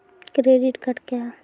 Credit card क्या हैं?